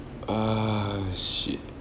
ah shit